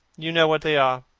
you know what they are.